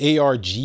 ARG